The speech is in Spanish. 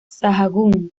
sahagún